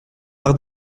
par